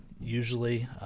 usually